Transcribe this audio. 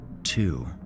Two